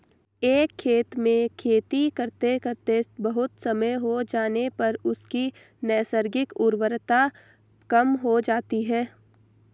एक खेत में खेती करते करते बहुत समय हो जाने पर उसकी नैसर्गिक उर्वरता कम हो जाती है